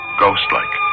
ghost-like